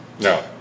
No